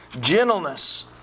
gentleness